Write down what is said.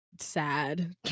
sad